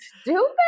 stupid